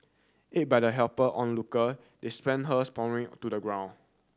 aid by the helper onlooker they spent her sprawling to the ground